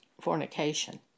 fornication